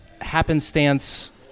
happenstance